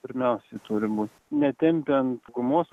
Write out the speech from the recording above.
pirmiausiai turimus netempiant gumos